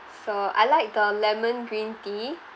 so I like the lemon green tea